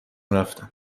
رفتم